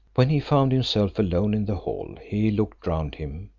when he found himself alone in the hall, he looked round him,